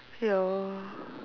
ya